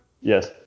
Yes